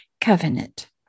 covenant